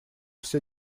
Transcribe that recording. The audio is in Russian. все